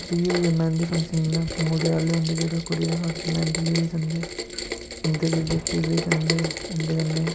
ते फ्ही होई गेआ मैंह्दी फंक्शन मुड़े आह्ले होंदे जेह्ड़े ओह् कुड़ी दे घर मैंह्दी लेई जंदे उं'दे जेह्ड़े रिलेटिव बी जंदे उंदे कन्नै